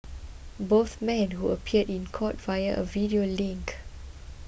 both men who appeared in court via a video link